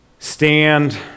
Stand